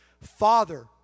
Father